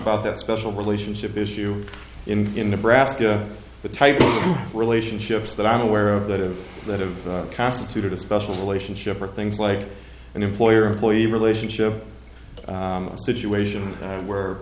about that special relationship issue in in nebraska the type of relationships that i'm aware of that of that of constituted a special relationship or things like an employer employee relationship a situation where